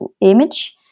image